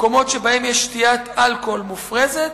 במקומות שבהם יש שתיית אלכוהול מופרזת,